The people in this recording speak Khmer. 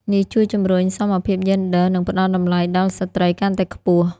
នេះជួយជំរុញសមភាពយេនឌ័រ និងផ្តល់តម្លៃដល់ស្ត្រីកាន់តែខ្ពស់។